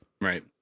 Right